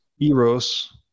Eros